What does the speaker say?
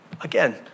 Again